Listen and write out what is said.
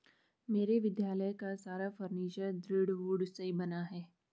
मेरे विद्यालय का सारा फर्नीचर दृढ़ वुड से बना है